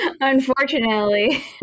Unfortunately